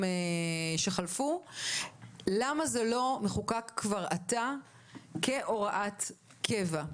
שחלפו למה זה לא נחקק כבר עתה כהוראת קבע?